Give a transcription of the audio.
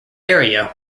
area